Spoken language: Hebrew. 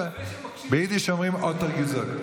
ביידיש אומרים: האט ער געזאגט.